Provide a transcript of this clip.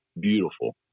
beautiful